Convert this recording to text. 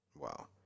Wow